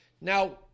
Now